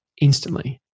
instantly